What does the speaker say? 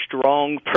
strong